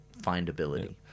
findability